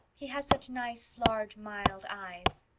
he has such nice, large, mild eyes.